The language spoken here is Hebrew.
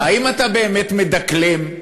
האם אתה באמת מדקלם,